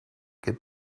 get